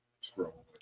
scroll